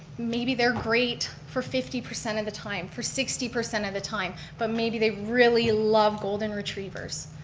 maybe they're great for fifty percent of the time, for sixty percent of the time, but maybe they really love golden retrievers,